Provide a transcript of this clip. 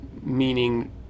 meaning